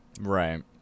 Right